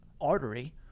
artery